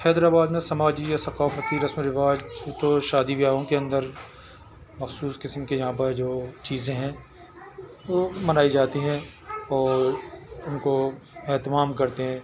حیدر آباد میں سماجی یا ثقافتی رسم و رواج جو شادی بیاہوں کے اندر مخصوص قسم کے یہاں پر جو چیزیں ہیں وہ منائی جاتی ہیں اور ان کو اہتمام کرتے ہیں